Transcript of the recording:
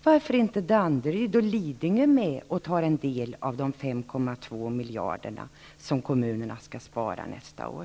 Varför är inte Danderyd och Lidingö med och tar en del av de 5,2 miljarder som kommunerna skall spara nästa år?